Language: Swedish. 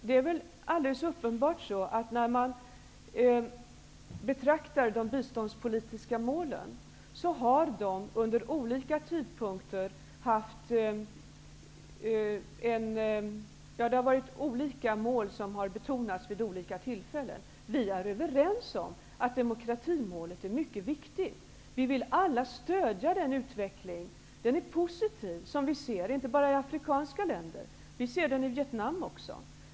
Det är alldeles uppenbart när man betraktar de biståndspolitiska målen att olika mål har betonats vid olika tillfällen. Vi är överens om att demokratimålet är mycket viktigt. Vi vill alla stödja den utvecklingen. Utvecklingen är som vi ser det positiv inte bara i afrikanska länder. Den är det också i Vietnam.